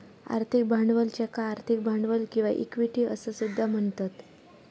आर्थिक भांडवल ज्याका आर्थिक भांडवल किंवा इक्विटी असा सुद्धा म्हणतत